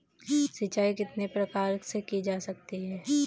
सिंचाई कितने प्रकार से की जा सकती है?